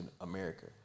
America